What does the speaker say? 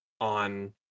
on